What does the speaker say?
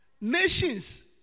Nations